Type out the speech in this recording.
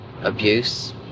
abuse